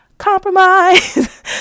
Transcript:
compromise